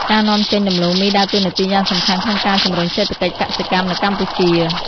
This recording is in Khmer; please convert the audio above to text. ការនាំចេញដំឡូងមីដើរតួនាទីយ៉ាងសំខាន់ក្នុងការជំរុញសេដ្ឋកិច្ចកសិកម្មនៅកម្ពុជា។